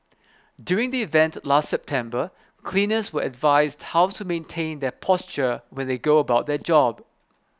during the event last September cleaners were advised how to maintain their posture when they go about their job